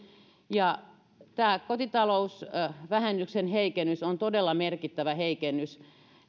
tämä kotitalousvähennyksen heikennys on todella merkittävä heikennys